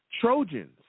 Trojans